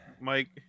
Mike